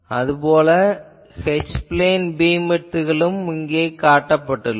அது போல H plane பீம்விட்த்களும் இங்கே காட்டப்பட்டுள்ளன